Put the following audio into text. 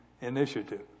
initiative